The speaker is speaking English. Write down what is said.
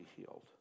healed